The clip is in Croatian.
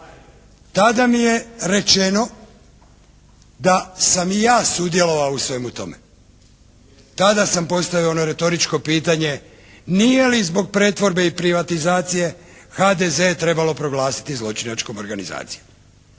tada mi je rečeno da sam i ja sudjelovao u svemu tome. Tada sam postavio ono retoričko pitanje nije li zbog pretvorbe i privatizacije HDZ trebalo proglasiti zločinačkom organizacijom.